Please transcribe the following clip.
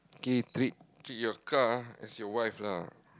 okay treat treat your car as your wife lah